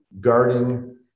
guarding